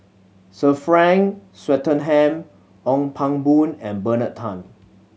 Sir Frank Swettenham Ong Pang Boon and Bernard Tan